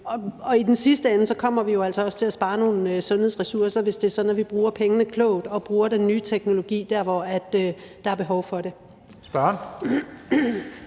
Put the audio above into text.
I den sidste ende kommer vi jo også til at spare nogle sundhedsressourcer, hvis vi bruger pengene klogt og bruger den nye teknologi der, hvor der er behov for det.